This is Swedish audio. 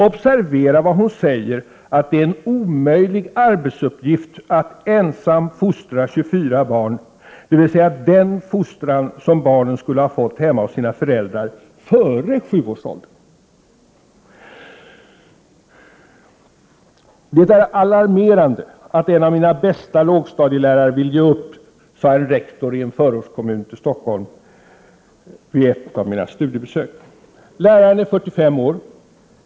Observera vad hon säger, att det är en omöjlig arbetsuppgift att ensam fostra 24 barn, dvs. den fostran som barnen skulle ha fått hemma hos sina föräldrar före sjuårsåldern. Det är alarmerande att en av mina bästa lågstadielärare vill ge upp, sade en rektor i en förortskommun till Stockholm vid ett av mina studiebesök. Läraren är 45 år.